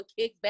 kickback